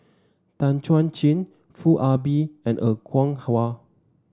Tan Chuan Jin Foo Ah Bee and Er Kwong Wah